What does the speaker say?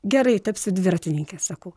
gerai tapsiu dviratininke sakau